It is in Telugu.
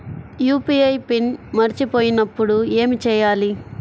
యూ.పీ.ఐ పిన్ మరచిపోయినప్పుడు ఏమి చేయాలి?